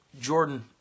Jordan